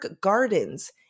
Gardens